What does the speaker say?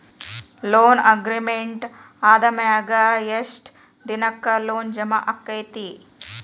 Loan agreement ಆದಮ್ಯಾಗ ಯೆಷ್ಟ್ ದಿನಕ್ಕ ಲೊನ್ ಜಮಾ ಆಕ್ಕೇತಿ?